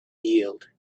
healed